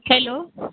hello